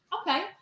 Okay